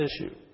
issue